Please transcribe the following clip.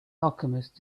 alchemist